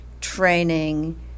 training